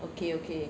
okay okay